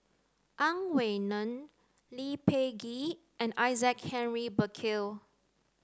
Ang Wei Neng Lee Peh Gee and Isaac Henry Burkill